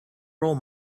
role